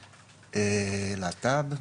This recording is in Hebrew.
להט"ב,